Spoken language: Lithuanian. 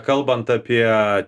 kalbant apie